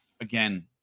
again